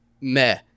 meh